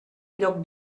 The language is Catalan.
lloc